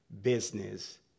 business